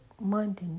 Monday